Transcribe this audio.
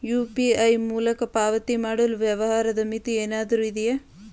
UPI ಮೂಲಕ ಪಾವತಿ ಮಾಡಲು ವ್ಯವಹಾರದ ಮಿತಿ ಏನಾದರೂ ಇದೆಯೇ?